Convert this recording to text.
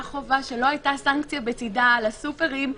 חובה שלא היתה סנקציה בצידה על סופרים,